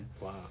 Wow